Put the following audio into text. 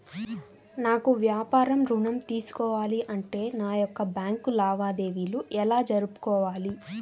నాకు వ్యాపారం ఋణం తీసుకోవాలి అంటే నా యొక్క బ్యాంకు లావాదేవీలు ఎలా జరుపుకోవాలి?